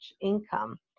income